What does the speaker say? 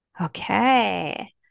Okay